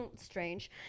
strange